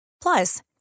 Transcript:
Plus